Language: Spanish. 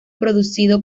producido